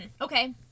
Okay